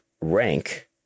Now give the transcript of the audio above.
rank